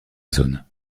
zones